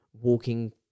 walking